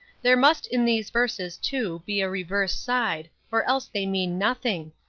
there must in these verses, too, be a reverse side, or else they mean nothing.